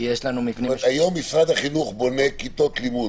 כי יש לנו מבנים --- היום משרד החינוך בונה כיתות לימוד,